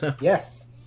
Yes